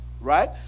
right